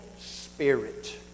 spirit